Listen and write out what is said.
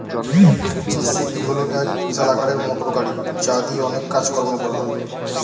JCB হল এক বিশাল আকারের মোটরগাড়ি যা দিয়ে অনেক কাজ কর্ম হয়